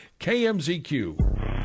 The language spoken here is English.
KMZQ